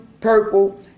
purple